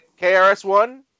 KRS-One